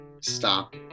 stop